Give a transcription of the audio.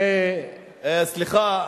סליחה,